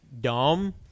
dumb